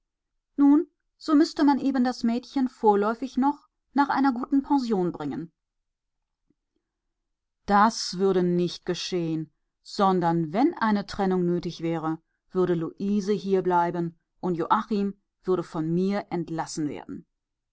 nun so müßte man eben das mädchen vorläufig noch nach einer guten pension bringen das würde nicht geschehen sondern wenn eine trennung nötig wäre würde luise hierbleiben und joachim würde von mir entlassen werden